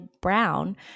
Brown